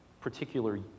particular